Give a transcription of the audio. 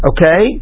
Okay